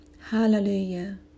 hallelujah